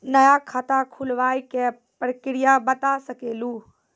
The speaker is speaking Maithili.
नया खाता खुलवाए के प्रक्रिया बता सके लू?